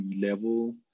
level